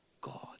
God